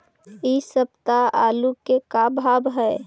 इ सप्ताह आलू के का भाव है?